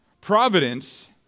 Providence